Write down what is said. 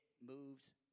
moves